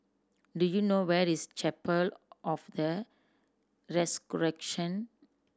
do you know where is Chapel of the Resurrection